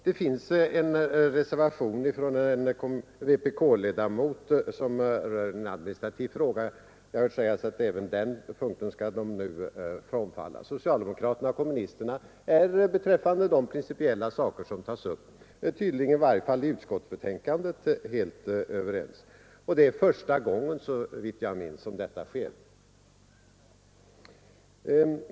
Det finns en rekommendation från en vpk-ledamot som rör en administrativ fråga. Jag har hört sägas att kommunisterna skall frånträda även den punkten. Socialdemokraterna och kommunisterna är tydligen beträffande de principiella frågor som tas upp helt överens, i varje fall i utskottsbetänkandet. Och det är såvitt jag minns första gången.